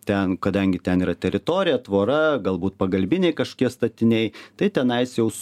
ten kadangi ten yra teritorija tvora galbūt pagalbiniai kaškie statiniai tai tenais jaus